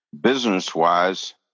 Business-wise